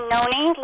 Noni